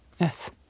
yes